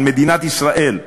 של מדינת ישראל,